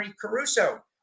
Caruso